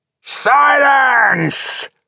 Silence